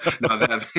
no